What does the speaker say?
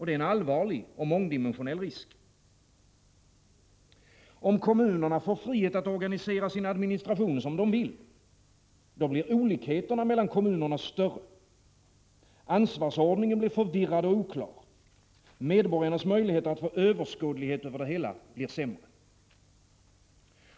Det är en allvarlig och mångdimensionell risk. Om kommunerna får frihet att organisera sin administration som de vill, blir olikheterna mellan kommuner större. Ansvarsordningen blir förvirrad och oklar, medborgarnas möjligheter att få överskådlighet över det hela blir sämre.